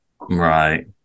Right